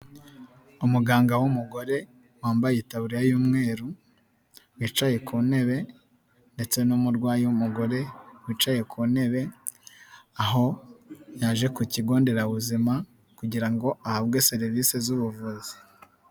Umuganga w'umugore wambaye itaburiya y'umweru, wicaye ku ntebe ndetse n'umurwayi w'umugore wicaye ku ntebe, aho yaje ku kigo nderabuzima kugira ngo ahabwe serivise z'ubuvuzi.